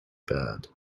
bad